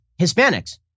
Hispanics